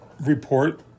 report